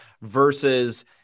versus